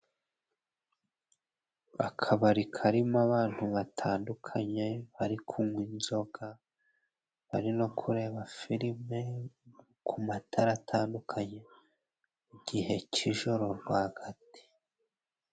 Akabari karimo abantu batandukanye bari kunywa inzoga bari no kureba filime ku matara atandukanye mu gihe cy'ijoro rwa gati.